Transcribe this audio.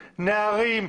נערים,